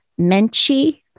Menchie